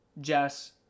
jess